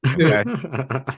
okay